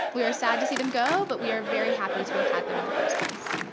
we are sad to see them go, but we are very happy to have had them in the first place.